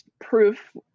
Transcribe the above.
proof